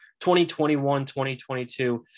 2021-2022